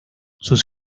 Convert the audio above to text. sus